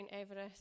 Everest